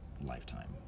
lifetime